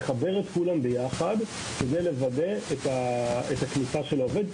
צריך לחבר את כולם ביחד כדי לוודא את הכניסה של העובד.